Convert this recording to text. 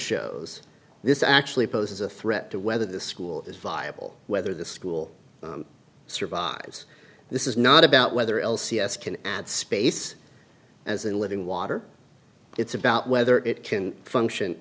shows this actually poses a threat to whether the school is viable whether the school survives this is not about whether l c s can add space as in living water it's about whether it can function